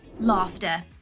Laughter